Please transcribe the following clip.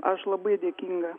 aš labai dėkinga